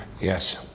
Yes